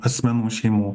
asmenų šeimų